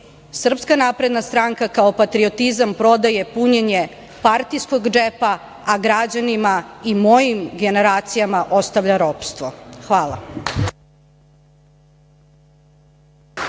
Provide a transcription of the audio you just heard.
zemlju gde SNS, kao patriotizam, prodaje punjenje partijskog džepa, a građanima i mojim generacijama ostavlja ropstvo. Hvala.